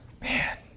Man